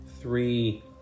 three